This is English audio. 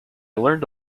learned